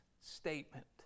statement